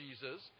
Jesus